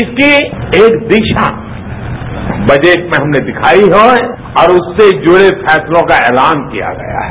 इसकी एक दिशा बजट में हमनें दिखाई है और उससे जुड़े फैसलों का ऐलान किया गया है